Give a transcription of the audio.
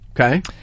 Okay